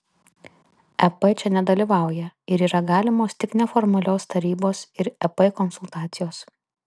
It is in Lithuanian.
ep čia nedalyvauja ir yra galimos tik neformalios tarybos ir ep konsultacijos